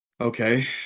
okay